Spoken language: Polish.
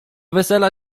wesela